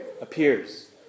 appears